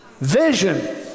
Vision